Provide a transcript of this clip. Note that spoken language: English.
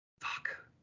fuck